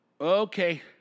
Okay